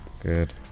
Good